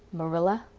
marilla,